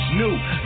new